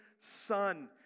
son